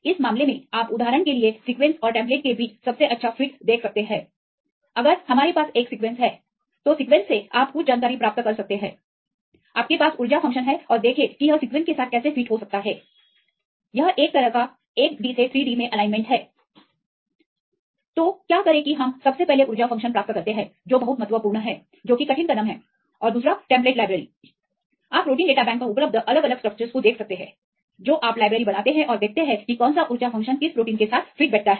इस मामले में आप उदाहरण के लिए सीक्वेंस और टेम्पलेट के बीच सबसे अच्छा फिट देख सकते हैं अगर हमारे पास एक सीक्वेंस है तो सीक्वेंस से आप कुछ जानकारी प्राप्त कर सकते हैं जो आपके पास ऊर्जा फ़ंक्शन है और देखें कि यह के साथ कैसे फिट हो सकता है यह एक तरह का 1 डी से 3 डी मे एलाइनमेंट है तो क्या करें कि हम सबसे पहले ऊर्जा फ़ंक्शन प्राप्त करते हैं जो बहुत महत्वपूर्ण है जो कि कठिन कदम है और टेम्पलेट लाइब्रेरी आप प्रोटीन डेटा बैंक में उपलब्ध अलग अलग जब स्ट्रक्चर्स को देख सकते हैं जो आप लाइब्रेरी बनाते हैं और देखते हैं कि कौन सा ऊर्जा फ़ंक्शन किस प्रकार के प्रोटीन के साथ फिट बैठता है